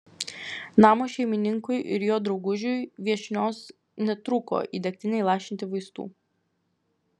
namo šeimininkui ir jo draugužiui viešnios netruko į degtinę įlašinti vaistų